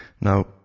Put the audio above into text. Now